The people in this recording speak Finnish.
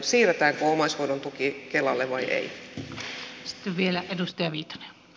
siirretäänkö omaishoidon tuki kelalle vai ei